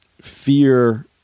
fear